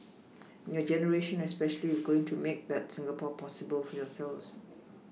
and your generation especially is going to make that Singapore possible for yourselves